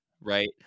right